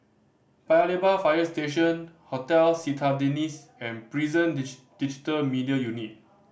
Paya Lebar Fire Station Hotel Citadines and Prison Digital Media Unit